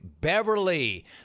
Beverly